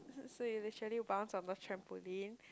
so you literally bounce on the trampoline